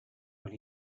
when